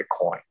Bitcoin